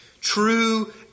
true